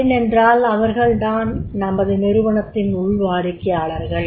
ஏனென்றால் அவர்கள் தான் நமது நிறுவனத்தின் உள் வாடிக்கையாளர்கள்